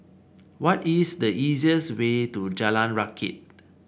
what is the easiest way to Jalan Rakit